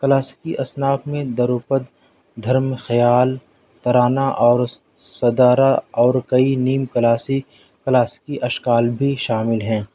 کلاسکی اصناف میں دروپد دھرم خیال ترانہ اور سدارا اور کئی نیم کلاسک کلاسکی اشکال بھی شامل ہیں